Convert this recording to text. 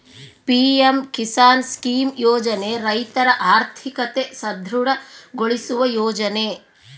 PM Kisan scheme ಯೋಜನೆ ರೈತರ ಆರ್ಥಿಕತೆ ಸದೃಢ ಗೊಳಿಸುವ ಯೋಜನೆ